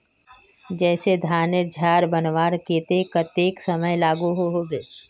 जैसे धानेर झार बनवार केते कतेक समय लागोहो होबे?